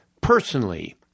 personally